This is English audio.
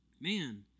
man